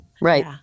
Right